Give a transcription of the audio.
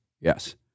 Yes